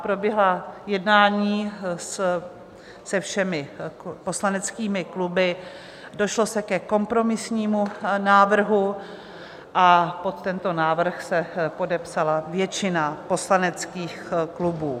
Proběhla jednání se všemi poslaneckými kluby, došlo se ke kompromisnímu návrhu a pod tento návrh se podepsala většina poslaneckých klubů.